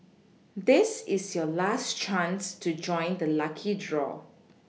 this is your last chance to join the lucky draw